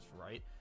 right